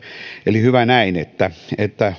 eli hyvä näin että että